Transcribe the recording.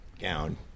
gown